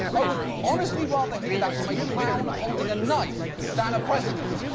i would honestly rather hear that from a clown holding a knife than a president.